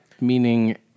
Meaning